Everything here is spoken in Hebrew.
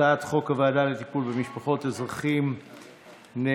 הצעת חוק הוועדה לטיפול במשפחות אזרחים נעדרים,